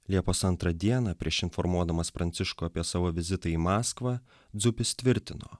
liepos antrą dieną prieš informuodamas pranciškų apie savo vizitą į maskvą dzupis tvirtino